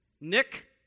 Nick